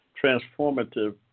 transformative